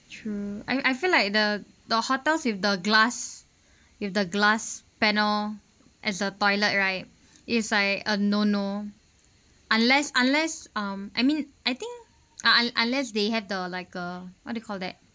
true I I feel like the the hotels with the glass with the glass panel as the toilet right is like a no no unless unless um I mean I think un~ un~ unless they have the like a what you call that